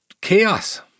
chaos